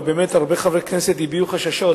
ובאמת הרבה חברי כנסת הביעו חששות